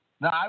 No